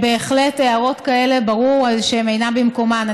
בהחלט, הערות כאלה, ברור שהן אינן במקומן.